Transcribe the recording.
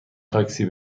تاکسی